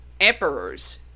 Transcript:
emperors